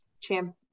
champ